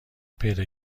پیدا